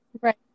right